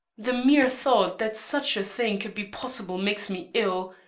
the mere thought that such a thing could be possible makes me ill.